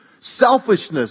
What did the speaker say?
selfishness